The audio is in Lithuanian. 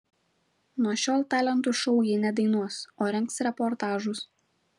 nuo šiol talentų šou ji nedainuos o rengs reportažus